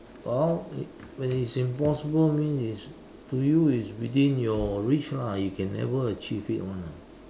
well when it's impossible mean it's to you it's within your reach lah you can never achieve it [one] ah